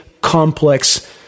complex